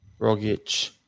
Rogic